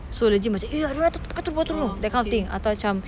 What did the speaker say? so legit eh ada orang datang pakai tudung pakai tudung that kind of thing atau macam